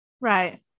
Right